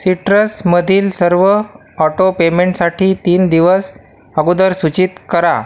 सिट्रसमधील सर्व ऑटो पेमेंटसाठी तीन दिवस अगोदर सूचित करा